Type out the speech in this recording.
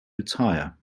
retire